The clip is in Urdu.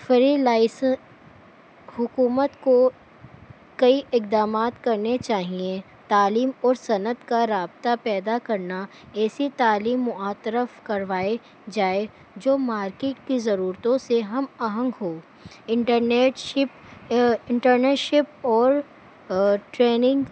فری حکومت کو کئی اقدامات کرنے چاہئیں تعلیم اور صنعت کا رابطہ پیدا کرنا ایسی تعلیم معترف کروائے جائے جو مارکیٹ کی ضرورتوں سے ہم اہنگ ہو انٹرنیٹ شپ انٹرن شپ اور ٹریننگ